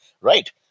right